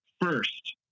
first